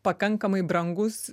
pakankamai brangus